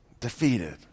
defeated